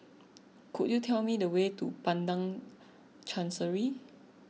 could you tell me the way to Padang Chancery